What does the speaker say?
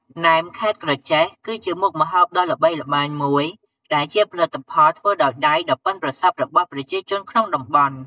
ណែមខេត្តក្រចេះ គឺជាមុខម្ហូបដ៏ល្បីល្បាញមួយ ដែលជាផលិតផលធ្វើដោយដៃដ៏ប៉ិនប្រសប់របស់ប្រជាជនក្នុងតំបន់។